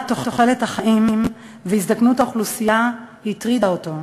תוחלת החיים והזדקנות האוכלוסייה הטרידה אותו,